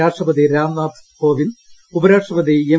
രാഷ്ട്രപതി രാംനാഥ് കോവിന്ദ് ഉപരാഷട്രപതി എം